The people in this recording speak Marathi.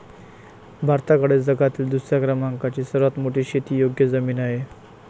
भारताकडे जगातील दुसऱ्या क्रमांकाची सर्वात मोठी शेतीयोग्य जमीन आहे